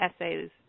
essays